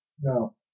No